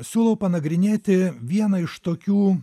siūlau panagrinėti vieną iš tokių